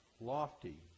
lofty